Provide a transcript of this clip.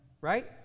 right